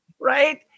Right